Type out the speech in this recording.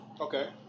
Okay